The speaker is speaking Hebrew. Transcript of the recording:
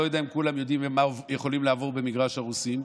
אני לא יודע אם כולם יודעים מה יכולים לעבור במגרש הרוסים,